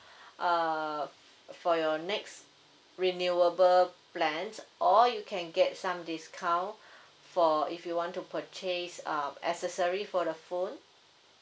uh for your next renewable plans or you can get some discount for if you want to purchase um accessory for the phone